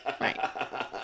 Right